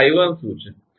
હવે 𝐼1 શું છે